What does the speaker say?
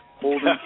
holding